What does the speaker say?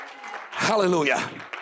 Hallelujah